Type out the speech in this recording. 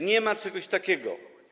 Nie ma czegoś takiego.